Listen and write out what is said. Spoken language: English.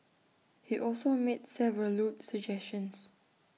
he also made several lewd suggestions